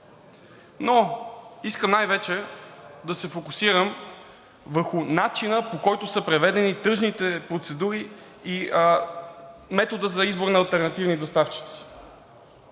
Но искам най-вече да се фокусирам върху начина, по който са проведени тръжните процедури, и метода за избор на алтернативни доставчици.